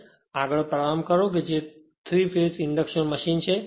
તેથી આગળ પ્રારંભ કરો જે 3 ફેજ ઇન્ડક્શન મશીન છે